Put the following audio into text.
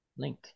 Link